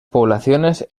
poblaciones